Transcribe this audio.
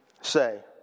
say